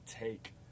take